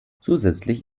zusätzlich